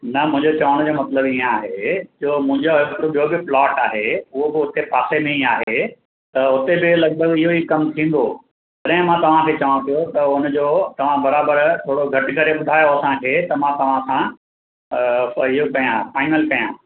न मुहिंजे चवण जो मतिलबु ईअं आहे जो मुंहिंजो हिकु ॿियो बि प्लॉट आहे उहो बि हुते पासे में ई आहे त हुते बि लॻभॻि इहो ई कमु थींदो तॾहिं मां तव्हांखे चवां पियो त हुनजो तव्हां बराबरि थोरो घटि करे ॿुधायो असांखे त मां तव्हांखां इहो कयां फाइनल कयां